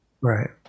right